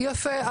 יפה.